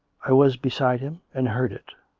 i was beside him, and heard it.